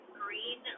green